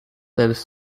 tijdens